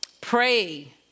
Pray